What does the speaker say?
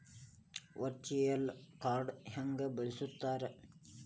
Virtual ಕಾರ್ಡ್ನ ಹೆಂಗ ಬಳಸ್ತಾರ?